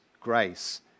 grace